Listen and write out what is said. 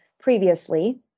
previously